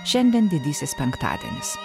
šiandien didysis penktadienis